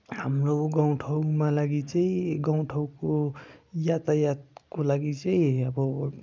हाम्रो गाउँ ठाउँमा लागि चाहिँ गाउँ ठाउँको यातायातको लागि चाहिँ अब